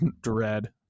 dread